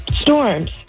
storms